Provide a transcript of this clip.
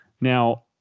Now